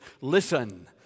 Listen